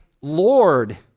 Lord